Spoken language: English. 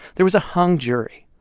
there was a hung jury.